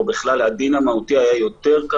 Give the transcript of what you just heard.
או בכלל לדין המהותי היה קל יותר,